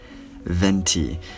Venti